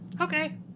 Okay